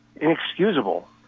inexcusable